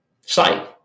site